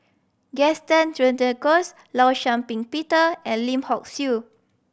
Gaston Dutronquoy Law Shau Ping Peter and Lim Hock Siew